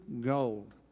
gold